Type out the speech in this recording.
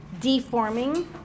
deforming